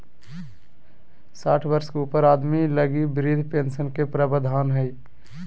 साठ वर्ष के ऊपर आदमी लगी वृद्ध पेंशन के प्रवधान हइ